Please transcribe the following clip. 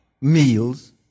meals